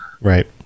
right